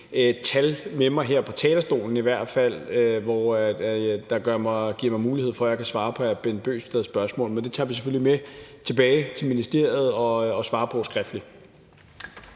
fald ikke på talerstolen, der giver mig mulighed for, at jeg kan svare på hr. Bent Bøgsteds spørgsmål. Men det tager vi selvfølgelig med tilbage til ministeriet og svarer på skriftligt.